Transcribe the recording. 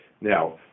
Now